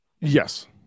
Yes